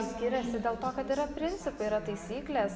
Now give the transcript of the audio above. skiriasi dėl to kad yra principai yra taisyklės